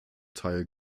teil